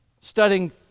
studying